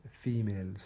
females